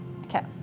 Okay